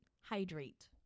Hydrate